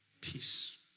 Peace